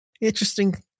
interesting